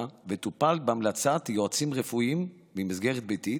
וטופל בהמלצת יועצים רפואיים במסגרת ביתית,